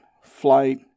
flight